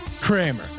Kramer